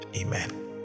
Amen